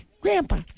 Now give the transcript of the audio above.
Grandpa